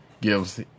gives